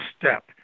step